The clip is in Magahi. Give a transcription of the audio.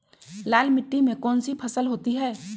लाल मिट्टी में कौन सी फसल होती हैं?